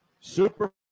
Super